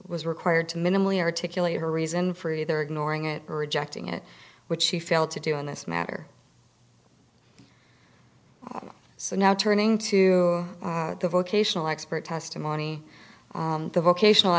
was required to minimally articulate her reason for either ignoring it or rejecting it which she failed to do in this matter so now turning to the vocational expert testimony the vocational